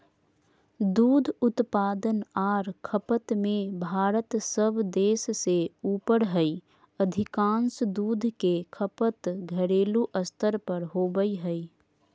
दूध उत्पादन आर खपत में भारत सब देश से ऊपर हई अधिकांश दूध के खपत घरेलू स्तर पर होवई हई